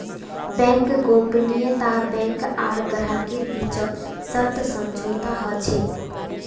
bank गोपनीयता bank आर ग्राहकेर बीचत सशर्त समझौता ह छेक